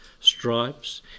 stripes